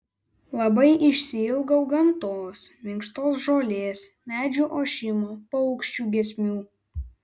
labai išsiilgau gamtos minkštos žolės medžių ošimo paukščių giesmių